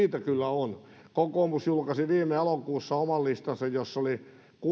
kyllä on kokoomus julkaisi viime elokuussa oman listansa jossa oli